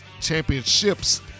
Championships